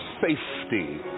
safety